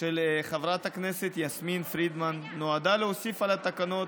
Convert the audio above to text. של חברת הכנסת יסמין פרידמן נועדה להוסיף על התקנות